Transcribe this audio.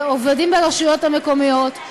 עובדים ברשויות המקומיות,